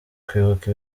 kwibuka